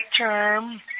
term